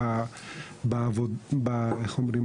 ואיך אומרים,